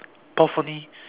puff only